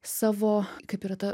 savo kaip yra ta